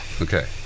Okay